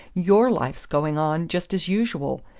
your life's going on just as usual!